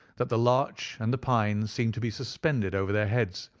that the larch and the pine seemed to be suspended over their heads,